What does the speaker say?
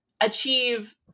achieve